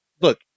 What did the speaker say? look